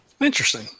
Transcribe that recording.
Interesting